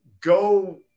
go